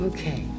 Okay